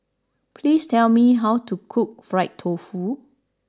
please tell me how to cook Fried Tofu